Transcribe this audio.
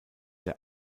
der